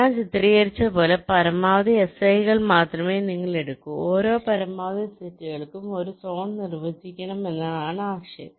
ഞാൻ ചിത്രീകരിച്ചത് പോലെ പരമാവധി Si കൾ മാത്രമേ നിങ്ങൾ എടുക്കൂ ഓരോ പരമാവധി സെറ്റുകൾക്കും ഒരു സോൺ നിർവചിക്കണമെന്നതാണ് ആശയം